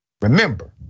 Remember